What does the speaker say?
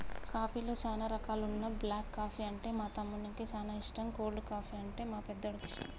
కాఫీలో చానా రకాలున్న బ్లాక్ కాఫీ అంటే మా తమ్మునికి చానా ఇష్టం, కోల్డ్ కాఫీ, అంటే మా పెద్దోడికి ఇష్టం